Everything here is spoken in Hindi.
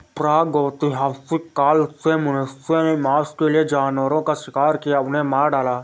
प्रागैतिहासिक काल से मनुष्य ने मांस के लिए जानवरों का शिकार किया, उन्हें मार डाला